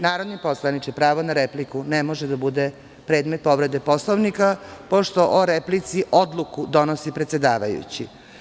Narodni poslaniče, pravo na repliku ne može da bude predmet povrede Poslovnika, pošto o replici odluku donosi predsedavajući.